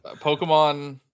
Pokemon